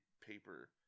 paper